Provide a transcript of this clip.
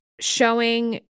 showing